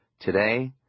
Today